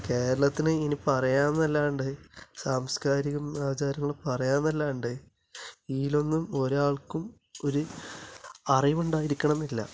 കേരളത്തിന് ഇനി പറയാം എന്നല്ലാതെ സാംസ്കാരികം ആചാരങ്ങൾ പറയാം എന്നല്ലാതെ ഇവയിലൊന്നും ഒരാള്ക്കും ഒരു അറിവുണ്ടായിരിക്കണം എന്നില്ല